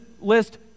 list